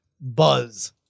buzz